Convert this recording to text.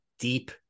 deep